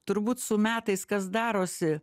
turbūt su metais kas darosi